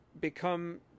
become